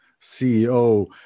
CEO